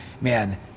man